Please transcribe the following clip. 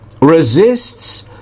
resists